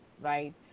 right